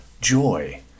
joy